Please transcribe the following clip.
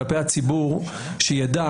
כלפי הציבור שידע